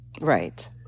Right